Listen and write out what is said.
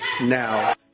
now